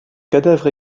cadavres